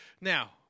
Now